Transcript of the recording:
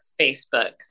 Facebook